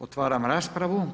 Otvaram raspravu.